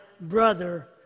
brother